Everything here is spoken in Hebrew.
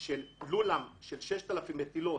של לול של 6,000 מטילות,